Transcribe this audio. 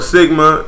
Sigma